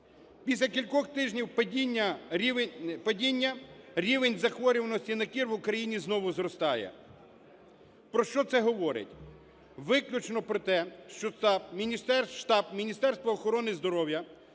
Після кількох тижнів падіння рівень захворюваності на кір в Україні знову зростає. Про що це говорить? Виключно про те, що штаб Міністерства охорони здоров'я